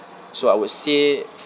so I would say